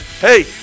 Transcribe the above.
Hey